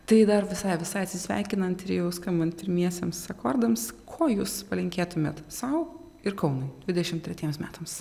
tai dar visai visai atsisveikinant ir jau skambant pirmiesiems akordams ko jūs palinkėtumėt sau ir kaunui dvidešim tretiems metams